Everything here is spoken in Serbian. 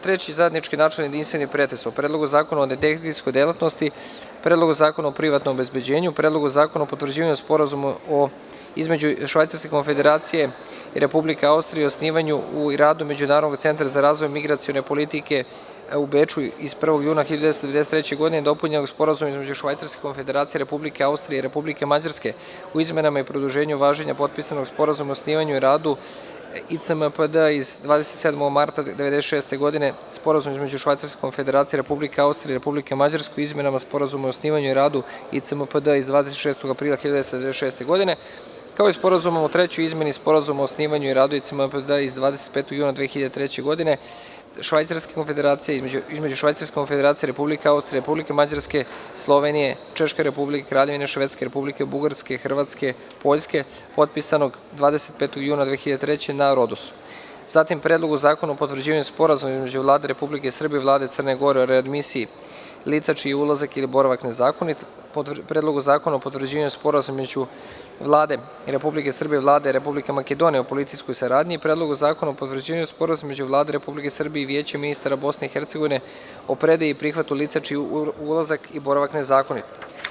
Treći zajednički načelni i jedinstveni pretres o: Predlogu zakona o detektivskoj delatnosti, Predlogu zakona o privatnom obezbeđenju, Predlogu zakona o potvrđivanju Sporazuma između Švajcarske Konfederacije i Republike Austrije o osnivanju i radu Međunarodnog centra za razvoj migracione politike (ICMPD) u Beču iz 1. juna 1993. godine dopunjenog Sporazumom između Švajcarske Konfederacije, Republike Austrije i Republike Mađarske o izmenama i produženju važenja potpisanog Sporazuma o osnivanju i radu ICMPD-a iz 27. marta 1996. godine, Sporazumom između Švajcarske Konfederacije, Republike Austrije i Republike Mađarske o izmenama Sporazuma o osnivanju i radu ICMPD-a iz 26. aprila 1996. godine, kao i Sporazumom o trećoj izmeni Sporazuma o osnivanju i radu ICMPD-a iz 25. juna 2003. između Švajcarske Konfederacije, Republike Austrije, Republike Mađarske, Republike Slovenije, Češke Republike, Kraljevine Švedske, Republike Bugarske, Republike Hrvatske i Republike Poljske, potpisanog 25. juna 2003. godine na Rodosu, Predlogu zakona o potvrđivanju Sporazuma između Vlade Republike Srbije i Vlade Crne Gore o readmisiji (vraćanje i prihvatanje) lica čiji je ulazak ili boravak nezakonit, Predlogu zakona o potvrđivanju Sporazuma između Vlade Republike Srbije i Vlade Republike Makedonije o policijskoj saradnji i Predlogu zakona o potvrđivanju Sporazuma između Vlade Republike Srbije i Vijeća ministara Bosne i Hercegovine o predaji i prihvatu lica čiji je ulazak i boravak nezakonit.